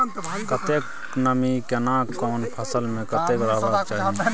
कतेक नमी केना कोन फसल मे कतेक रहबाक चाही?